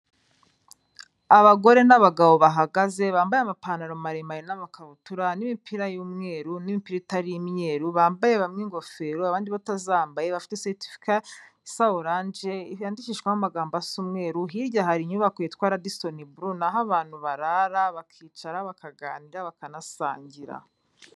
Abagore n'abagabo bahagaze, bambaye amapantaro maremare n'amakabutura n'imipira y'umweru n'impira itari imyeru, bambaye bamwe ingofero abandi batazambaye, bafite seritifika isa oranje yandikishijweho amagambo asa umweru. Hirya hari inyubako yitwa Radison blue, ni aho abantu barara, bakicara bakaganira bakanasangira.